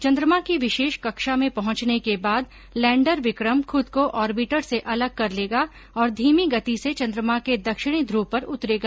चंद्रमा की विशेष कक्षा में पहुंचने के बाद लैंडर विक्रम खुद को ऑर्बिटर से अलग कर लेगा और धीमी गति से चंद्रमा के दक्षिणी ध्रव पर उतरेगा